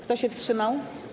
Kto się wstrzymał?